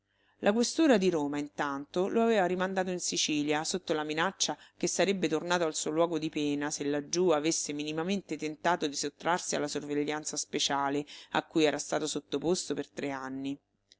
la questura di roma intanto lo aveva rimandato in sicilia sotto la minaccia che sarebbe tornato al suo luogo di pena se laggiù avesse minimamente tentato di sottrarsi alla sorveglianza speciale a cui era stato sottoposto per tre anni